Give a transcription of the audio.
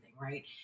Right